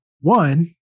one